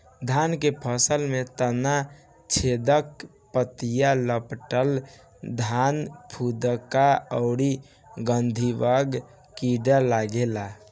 धान के फसल में तना छेदक, पत्ति लपेटक, धान फुदका अउरी गंधीबग कीड़ा लागेला